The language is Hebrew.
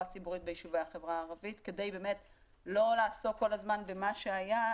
ציבורית ביישובי החברה הערבית כדי באמת לא לעסוק כל הזמן במה שהיה,